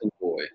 boy